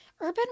Urban